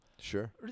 Sure